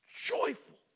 joyful